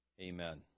Amen